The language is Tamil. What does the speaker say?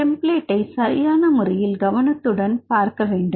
டெம்ப்ளேட்டை சரியான முறையில் கவனத்துடன் பார்க்க வேண்டும்